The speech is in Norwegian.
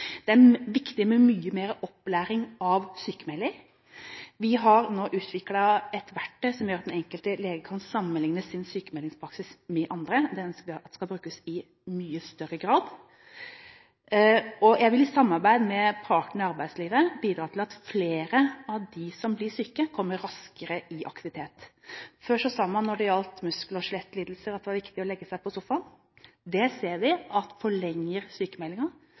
Det er viktig med mye mer opplæring av sykmelder. Vi har nå utviklet et verktøy som gjør at den enkelte lege kan sammenligne sin sykmeldingspraksis med andre. Det ønsker vi skal brukes i mye større grad. Jeg vil i samarbeid med partene i arbeidslivet bidra til at flere av dem som blir syke, kommer raskere i aktivitet. Før sa man når det gjaldt muskel- og skjelettlidelser, at det var riktig å legge seg på sofaen. Vi ser ved lengre sykmeldinger, på samme måte som ved psykiske lidelser, at